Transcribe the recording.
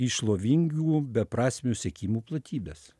į šlovingų beprasmių siekimų platybes